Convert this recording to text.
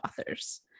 authors